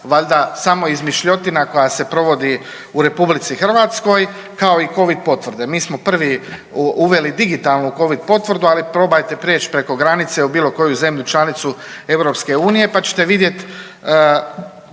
valjda samo izmišljotina koja se provodi u RH, kao i covid potvrde. Mi smo prvi uveli digitalnu covid potvrdu, ali probajte prijeć preko granice u bilo koju zemlju članicu EU, pa ćete vidjet